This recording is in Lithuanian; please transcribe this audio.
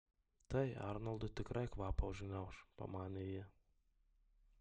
tai arnoldui tikrai kvapą užgniauš pamanė ji